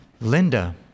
Linda